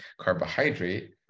carbohydrate